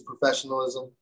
professionalism